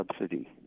subsidy